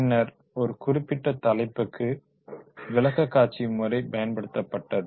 பின்னர் ஒரு குறிப்பிட்ட தலைப்புக்கு விளக்க காட்சி முறை பயன்படுத்தப்பட்டது